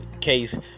case